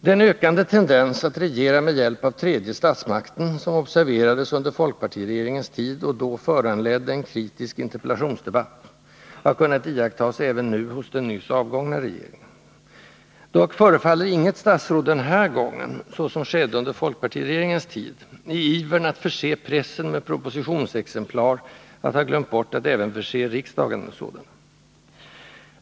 Den ökande tendens att regera med hjälp av tredje statsmakten, som observerades under folkpartiregeringens tid och då föranledde en kritisk interpellationsdebatt, har "kunnat iakttas även nu hos den nyss avgångna regeringen. Dock förefaller inget statsråd denna gång — så som skedde under folkpartiregeringens tid — i ivern att förse pressen med propositionsexemplar att ha glömt bort att även förse riksdagen med sådana.